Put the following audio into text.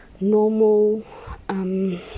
normal